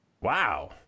Wow